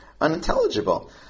unintelligible